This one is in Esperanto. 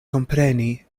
kompreni